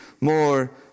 more